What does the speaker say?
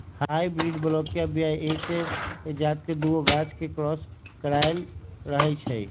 hybrid बलौकीय बीया एके जात के दुगो गाछ के क्रॉस कराएल रहै छै